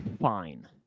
fine